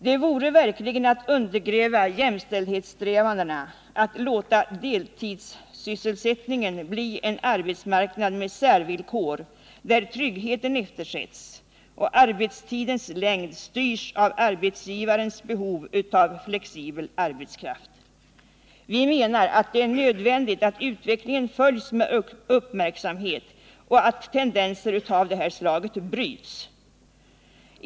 Det vore verkligen att undergräva jämställdhetssträvandena att låta deltidssysselsättningen bli en arbetsmarknad med särvillkor, där tryggheten eftersätts och arbetstidens längd styrs av arbetsgivarens behov av flexibel arbetskraft. Vi menar att det är nödvändigt att utvecklingen följs med uppmärksamhet och att tendenser av det här slaget bryts.